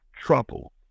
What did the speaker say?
trouble